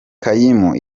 kaymu